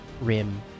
Rim